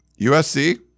USC